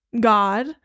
god